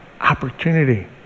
opportunity